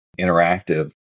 interactive